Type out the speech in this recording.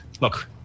look